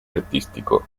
artístico